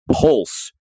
pulse